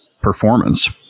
performance